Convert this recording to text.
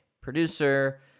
producer